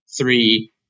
three